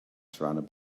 surrounded